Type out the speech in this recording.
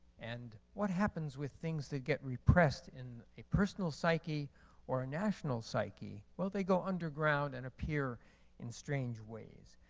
and what happens with things that get repressed in a personal psyche or a national psyche? well, they go underground and appear in strange ways.